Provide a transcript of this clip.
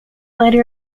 later